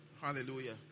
Hallelujah